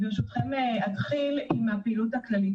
ברשותכם אתחיל עם הפעילות הכללית.